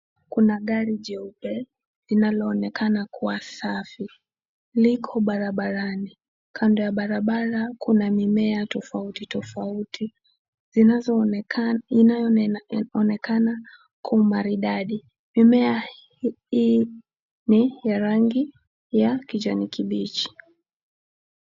Kuna gari jeupe, linaloonekana kuwa safi. Liko barabarani. Kando ya barabara kuna mimea tofauti tofauti, zinazoonekana inayoonekana kuwa maridadi. Mimea hii ni ya rangi ya kijani kibichi.